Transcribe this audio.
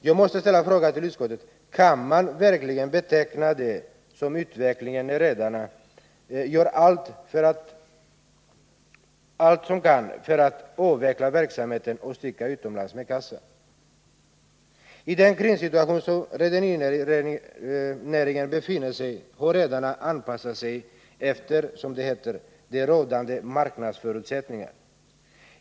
Jag måste ställa frågan till utskottet: Kan man verkligen beteckna det som utveckling när redarna gör allt de kan för att avveckla verksamheten och sticka utomlands med kassan? I den krissituation som rederinäringen befinner sig i har redarna anpassat sig efter, som det heter, de rådande marknadsförutsättningarnäå.